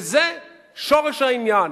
וזה שורש העניין,